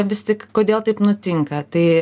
vis tik kodėl taip nutinka tai